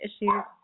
issues